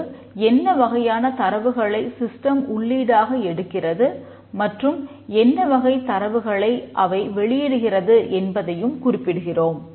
இங்கு என்ன வகையான தரவுகளை சிஸ்டம் உள்ளீடாக எடுக்கிறது மற்றும் என்னவகை தரவுகளை அவை வெளியிடுகிறது என்பதையும் குறிப்பிடுகிறோம்